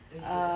are you serious